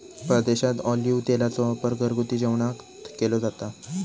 परदेशात ऑलिव्ह तेलाचो वापर घरगुती जेवणात केलो जाता